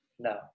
No